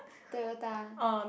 Toyota